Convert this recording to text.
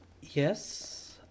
Yes